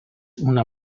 una